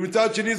ומצד שני,